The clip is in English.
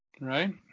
right